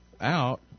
out